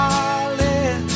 Darling